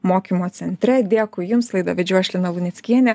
mokymo centre dėkui jums laidą vedžiau aš lina luneckienė